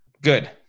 Good